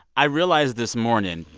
i realized this morning,